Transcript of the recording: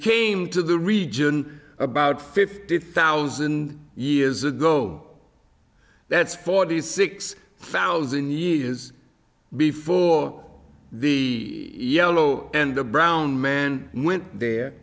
came to the region about fifty thousand years ago that's forty six thousand years before the yellow and the brown man went there